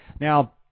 Now